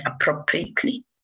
appropriately